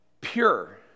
pure